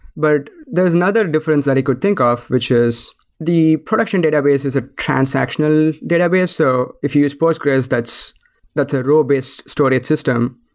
but there's another difference that i could think of, which is the production database is a transactional database. so if you use postgres, that's that's a raw-based storage system.